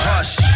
Hush